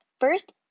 First